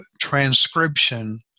transcription